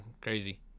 crazy